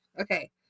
okay